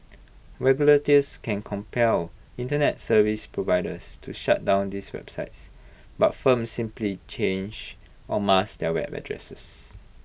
regulators can compel Internet service providers to shut down these websites but firms simply change or mask their web addresses